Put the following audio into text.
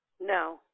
No